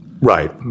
Right